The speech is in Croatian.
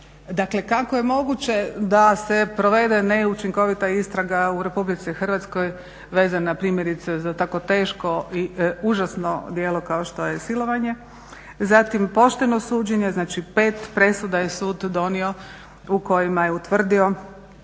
Dakle, kako je moguće da se provede neučinkovita istraga u Republici Hrvatskoj vezana primjerice za tako teško i užasno djelo kao što je silovanje. Zatim pošteno suđenje, znači pet presuda je sud donio u kojima je utvrdio